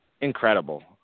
incredible